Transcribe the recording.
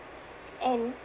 and